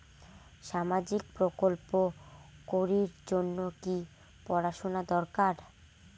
সামাজিক প্রকল্প করির জন্যে কি পড়াশুনা দরকার?